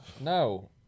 No